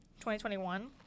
2021